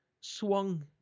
swung